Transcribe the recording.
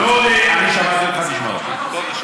דודי, אני שמעתי אותך, תשמע אותי.